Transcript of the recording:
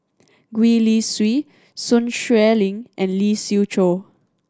Gwee Li Sui Sun Xueling and Lee Siew Choh